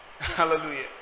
Hallelujah